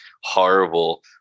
horrible